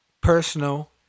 personal